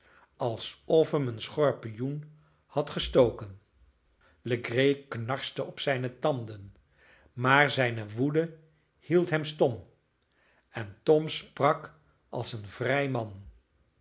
alsof hem een schorpioen had gestoken legree knarste op zijne tanden maar zijne woede hield hem stom en tom sprak als een vrij man